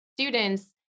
students